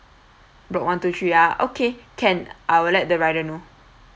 block one two three ah okay can I will let the rider know